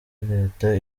leta